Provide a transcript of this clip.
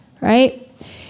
right